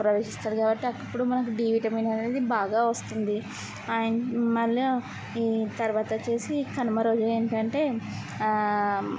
ప్రవేశిస్తరు కాబట్టి అప్పుడు మనకు డీ విటమిన్ అనేది బాగా వస్తుంది మళ్ళీ ఈ తర్వాత వచ్చేసి కనుమ రోజు ఏంటంటే